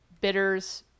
bitters